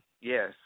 Yes